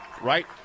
Right